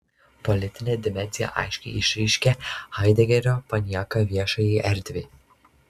politinę dimensiją aiškiai išreiškia haidegerio panieka viešajai erdvei